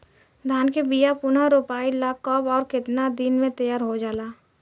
धान के बिया पुनः रोपाई ला कब और केतना दिन में तैयार होजाला?